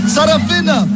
Sarafina